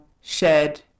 shared